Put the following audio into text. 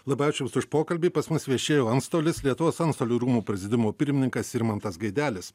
labai ačiū jums už pokalbį pas mus viešėjo antstolis lietuvos antstolių rūmų prezidiumo pirmininkas irmantas gaidelis